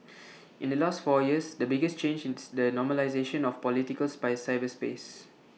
in the last four years the biggest change is the normalisation of political cyberspace